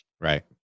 Right